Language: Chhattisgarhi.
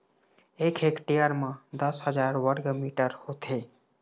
एक हेक्टेयर म दस हजार वर्ग मीटर होथे